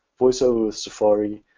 voice over with safari.